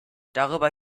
darüber